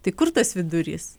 tai kur tas vidurys